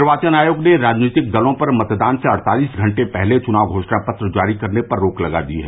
निर्वाचन आयोग ने राजनीतिक दलों पर मतदान से अड़तालीस घंटे पहले चुनाव घोषणा पत्र जारी करने पर रोक लगा दी है